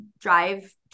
drive